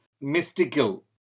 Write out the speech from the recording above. mystical